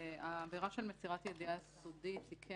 עבירה של מסירת ידיעה סודית היא כן